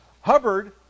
Hubbard